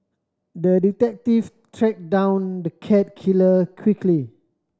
the detective track down the cat killer quickly